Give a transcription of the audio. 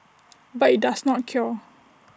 but IT does not cure